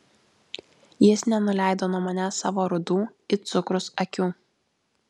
jis nenuleido nuo manęs savo rudų it cukrus akių